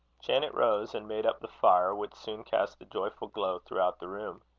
janet rose, and made up the fire, which soon cast a joyful glow throughout the room.